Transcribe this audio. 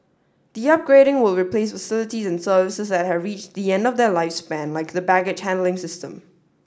the upgrading will replace facilities and services that have reached the end of their lifespan like the baggage handling system